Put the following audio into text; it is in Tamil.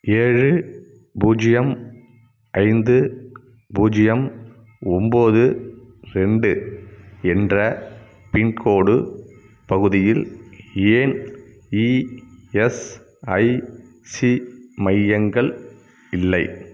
ஏழு பூஜ்ஜியம் ஐந்து பூஜ்ஜியம் ஒன்போது ரெண்டு என்ற பின்கோடு பகுதியில் ஏன் இஎஸ்ஐசி மையங்கள் இல்லை